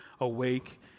awake